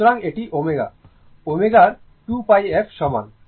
সুতরাং এটি ω ω এর 2πf সমান